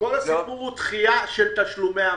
כל הסיפור הוא דחייה של תשלומי המס.